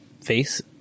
face